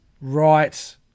right